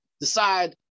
decide